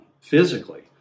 physically